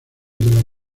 del